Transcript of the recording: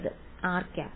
വിദ്യാർത്ഥി ആർ ക്യാപ്